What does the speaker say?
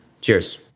Cheers